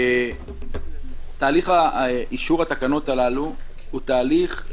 תהליך אישור התקנות הללו הוא תהליך,